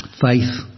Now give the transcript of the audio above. Faith